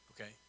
Okay